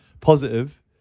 positive